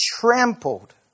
trampled